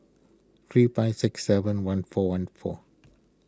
three five six seven one four one four